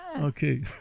Okay